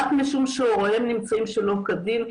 רק משום שהוריהם נמצאים שלא כדין,